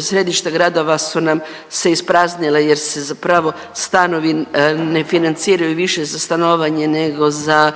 središta gradova su nam se ispraznila jer se zapravo stanovi ne financiraju više za stanovanje nego za